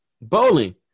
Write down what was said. Bowling